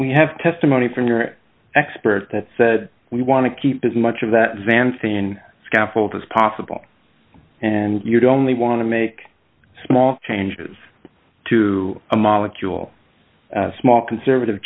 we have testimony from your expert that said we want to keep as much of that xanthian scaffold as possible and you'd only want to make small changes to a molecule small conservative